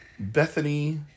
Bethany